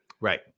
Right